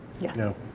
Yes